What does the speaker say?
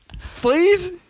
Please